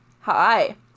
Hi